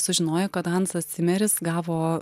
sužinoję kad hansas cimeris gavo